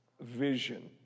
vision